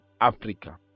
Africa